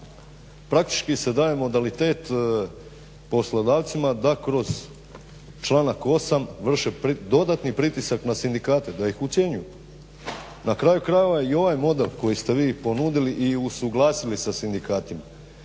praktički se daje modalitet poslodavcima da kroz članak 8.vrše dodatni pritisak na sindikate, da ih ucjenjuju. Na kraju krajeva i ovaj model koji ste vi ponudili i usuglasili sa sindikatima